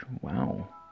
Wow